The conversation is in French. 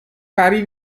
paris